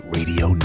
Radio